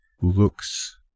looks